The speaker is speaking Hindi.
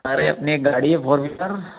अरे अपनी एक गाड़ी है फॉर व्हीलर